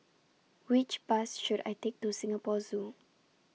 Which Bus should I Take to Singapore Zoo